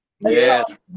Yes